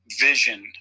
vision